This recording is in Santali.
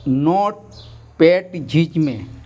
ᱱᱳᱴᱯᱮᱰ ᱡᱷᱤᱡᱽ ᱢᱮ